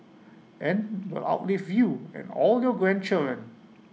and will outlive you and all your grandchildren